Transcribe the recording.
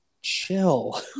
chill